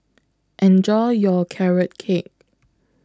Enjoy your Carrot Cake